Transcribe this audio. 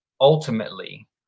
ultimately